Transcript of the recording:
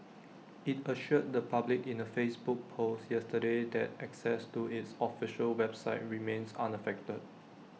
IT assured the public in A Facebook post yesterday that access to its official website remains unaffected